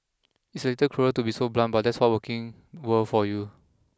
it's a little cruel to be so blunt but that's what working world for you